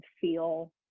feel